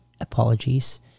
apologies